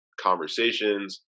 conversations